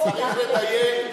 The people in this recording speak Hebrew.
צריך לדייק.